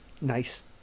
nice